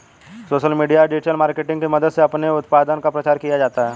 social media या digital marketing की मदद से अपने उत्पाद का प्रचार किया जाता है